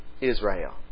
Israel